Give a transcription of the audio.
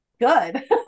good